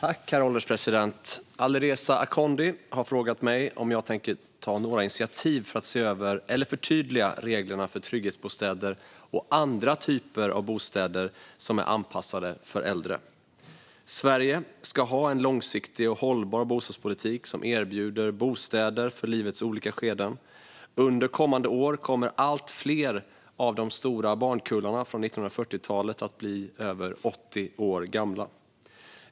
Herr ålderspresident! Alireza Akhondi har frågat mig om jag tänker ta några initiativ för att se över eller förtydliga reglerna för trygghetsbostäder och andra typer av bostäder som är anpassade för äldre. Sverige ska ha en långsiktig och hållbar bostadspolitik som erbjuder bostäder för livets olika skeden. Under kommande år kommer allt fler av de stora barnkullarna från 1940-talet att bli över 80 år gamla.